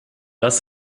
das